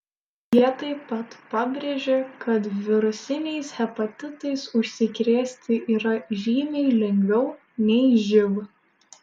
jie taip pat pabrėžė kad virusiniais hepatitais užsikrėsti yra žymiai lengviau nei živ